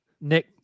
Nick